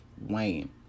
Wayne